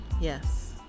Yes